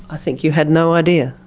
i think you had no idea.